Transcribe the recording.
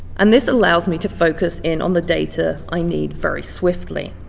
and this allows me to focus in on the data i need very swiftly.